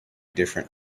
different